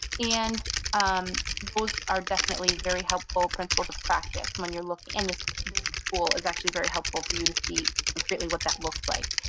and um those are definitely very helpful principles of practice when you're looking in this this school is actually very helpful for you to see ah accurately what that looks like.